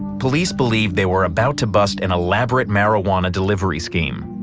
police believed they were about to bust an elaborate marijuana delivery scheme.